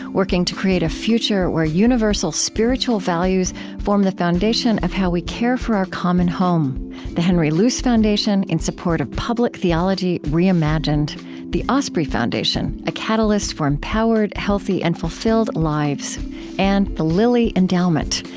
working to create a future where universal spiritual values form the foundation of how we care for our common home the henry luce foundation, in support of public theology reimagined the osprey foundation, a catalyst for empowered, empowered, healthy, and fulfilled lives and the lilly endowment,